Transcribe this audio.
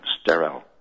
sterile